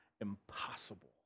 impossible